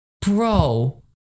Bro